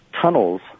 tunnels